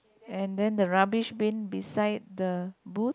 and then the rubbish bin beside the boot